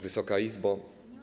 Wysoka Izbo!